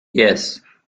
yes